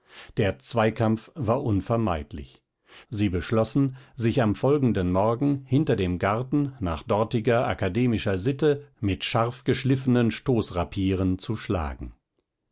der zweikampf war unvermeidlich sie beschlossen sich am folgenden morgen hinter dem garten nach dortiger akademischer sitte mit scharfgeschliffenen stoßrapieren zu schlagen